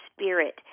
spirit